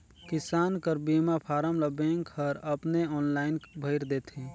किसान कर बीमा फारम ल बेंक हर अपने आनलाईन भइर देथे